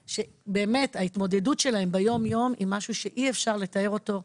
באמת ההתמודדות שלהם ביום-יום היא משהו שאי אפשר לתאר אותו,